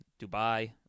Dubai